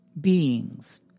beings